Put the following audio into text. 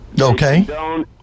Okay